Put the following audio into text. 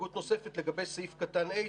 הסתייגות נוספת לגבי סעיף קטן (ה),